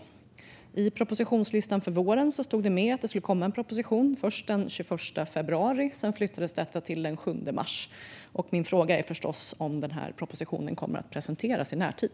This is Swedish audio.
Enligt propositionslistan för våren skulle det komma en proposition den 21 februari, som sedan flyttades det till den 7 mars. Kommer denna proposition att presenteras i närtid?